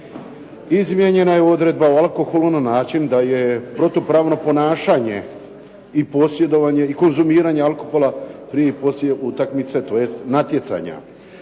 Izmijenjena je odredba o alkoholu na način da je protupravno ponašanje i posjedovanje i konzumiranje alkohola prije i poslije utakmice tj. natjecanja.